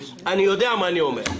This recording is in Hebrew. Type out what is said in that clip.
אני יודע מה אני אומר.